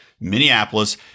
Minneapolis